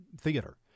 theater